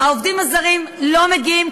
העובדים הזרים לא מגיעים,